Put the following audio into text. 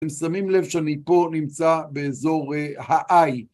אתם שמים לב שאני פה נמצא באזור העי.